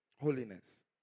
Holiness